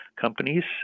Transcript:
companies